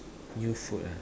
new food ah